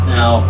Now